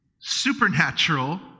supernatural